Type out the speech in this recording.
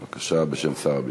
בבקשה, בשם שר הביטחון.